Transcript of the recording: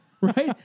right